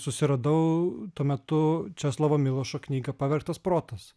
susiradau tuo metu česlovo milošo knygą pavergtas protas